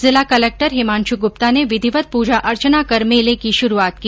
जिला कलेक्टर हिमांशु गुप्ता ने विधिवत पूजा अर्चना कर मेले की शुरुआत की